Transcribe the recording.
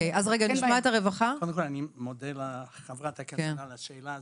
אני מודה לחברת הכנסת על השאלה,